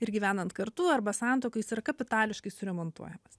ir gyvenant kartu arba santuokai jis yra kapitališkai suremontuojamas